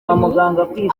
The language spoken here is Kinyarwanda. kamonyi